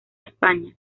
españa